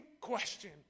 question